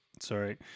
sorry